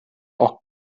auch